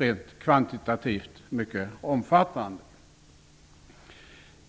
rent kvantitativt varit mycket omfattande.